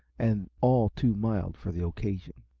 and all too mild for the occasion.